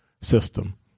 system